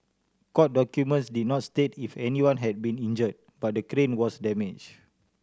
court documents did not state if anyone had been injured but the crane was damaged